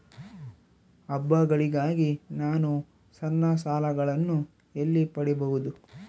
ಹಬ್ಬಗಳಿಗಾಗಿ ನಾನು ಸಣ್ಣ ಸಾಲಗಳನ್ನು ಎಲ್ಲಿ ಪಡಿಬಹುದು?